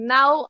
Now